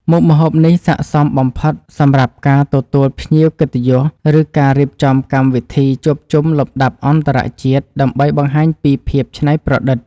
មុខម្ហូបនេះស័ក្តិសមបំផុតសម្រាប់ការទទួលភ្ញៀវកិត្តិយសឬការរៀបចំកម្មវិធីជួបជុំលំដាប់អន្តរជាតិដើម្បីបង្ហាញពីភាពច្នៃប្រឌិត។